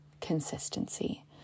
consistency